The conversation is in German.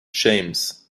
james